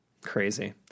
Crazy